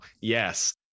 Yes